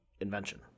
invention